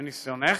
מניסיונך,